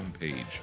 homepage